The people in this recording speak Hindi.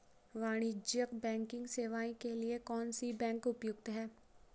वाणिज्यिक बैंकिंग सेवाएं के लिए कौन सी बैंक उपयुक्त है?